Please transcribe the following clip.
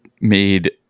made